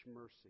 mercy